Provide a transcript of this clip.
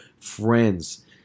friends